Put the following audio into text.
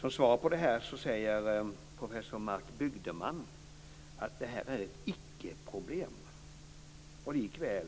Som svar på det här säger professor Marc Bygdeman att detta är ett icke-problem. Likväl